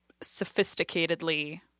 sophisticatedly